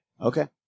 Okay